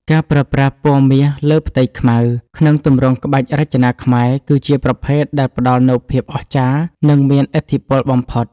ការប្រើប្រាស់ ពណ៌មាសលើផ្ទៃខ្មៅ ក្នុងទម្រង់ក្បាច់រចនាខ្មែរ គឺជាប្រភេទដែលផ្ដល់នូវភាពអស្ចារ្យ និងមានឥទ្ធិពលបំផុត។